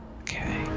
Okay